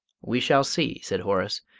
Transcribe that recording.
we shall see, said horace.